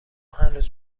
هنوز